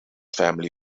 family